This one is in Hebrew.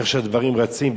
איך שהדברים רצים,